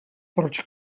proč